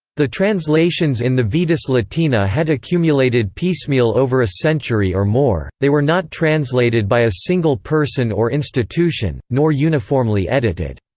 the translations in the vetus latina had accumulated piecemeal over a century or more they were not translated by a single person or institution, nor uniformly edited.